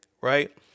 Right